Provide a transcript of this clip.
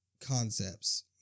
concepts